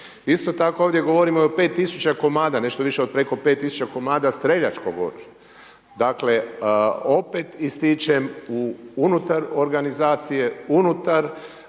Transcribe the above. Isto tako ovdje govorimo i o 5 tisuća komada, nešto više od preko 5 tisuća komada streljačkog oružja. Dakle, opet ističem unutar organizacije, unutar Hrvatskog